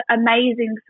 amazing